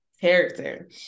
character